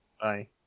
Bye